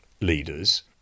leaders